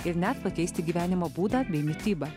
ir net pakeisti gyvenimo būdą bei mitybą